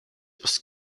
was